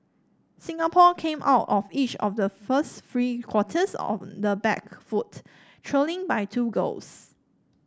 Singapore came out of each of the first three quarters on the back foot trailing by two goals